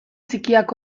txikiak